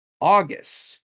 August